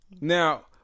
Now